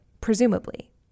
presumably